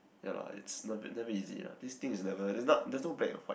ya lah it's nev~ never easy ah this thing is never it's not there's no black and white